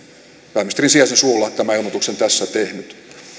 pääministerin sijaisen suulla tämän ilmoituksen tässä tehnyt